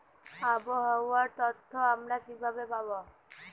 আবহাওয়ার তথ্য আমরা কিভাবে পাব?